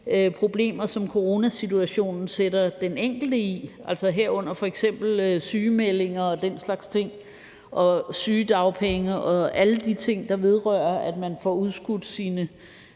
problemer, som coronasituationen sætter den enkelte i, altså herunder f.eks. sygemeldinger og den slags ting, sygedagpenge og alle de ting, der vedrører, at man får udskudt sine